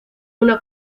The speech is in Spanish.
una